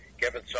Kevin